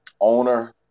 owner